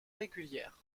régulières